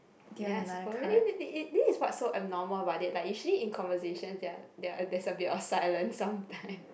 ya I supposed this is what's so abnormal about it like usually in conversations there are there are there's a bit of silence sometimes